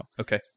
okay